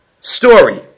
story